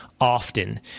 often